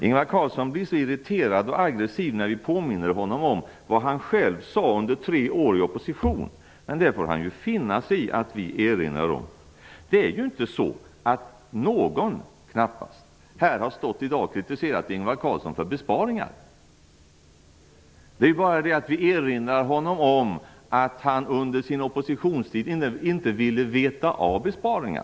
Ingvar Carlsson blir irriterad och aggressiv när vi påminner honom om vad han själv sade under tre år i oppositionsställning. Men det får han finna sig i att vi erinrar honom om. Knappast någon har här i dag kritiserat Ingvar Carlsson för besparingar, utan vi erinrar honom om att han under sin oppositionstid inte ville veta av besparingar.